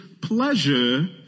pleasure